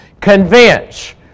Convince